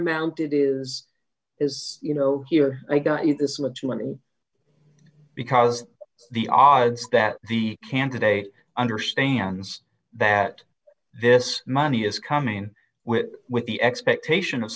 amount it is is you know here i go is this what you want because the odds that the candidate understands that this money is coming with with the expectation of